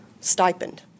stipend